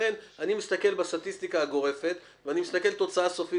ולכן אני מסתכל בסטטיסטיקה הגורפת ואני מסתכל על תוצאה סופית